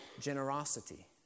generosity